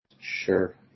Sure